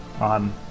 on